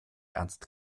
ernst